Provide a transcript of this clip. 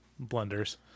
blunders